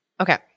Okay